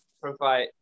provide